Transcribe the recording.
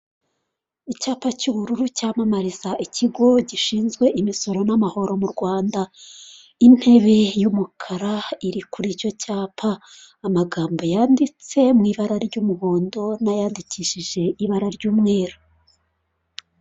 icyapa cy'ubururu cyamamariza ikigo gishinzwe imisoro n'amahoro mu RWANDA intebe y'umukara iri kuri icyo cyapa amagambo yanditse mu ibara ry'umuhondo n'ayandikishije ibara ry'umweru